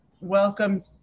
welcome